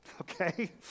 Okay